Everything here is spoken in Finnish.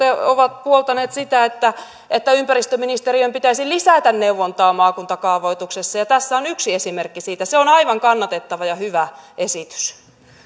ovat puoltaneet sitä että että ympäristöministeriön pitäisi lisätä neuvontaa maakuntakaavoituksessa ja tässä on yksi esimerkki siitä se on aivan kannatettava ja hyvä esitys